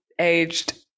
aged